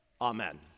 Amen